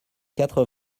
quatre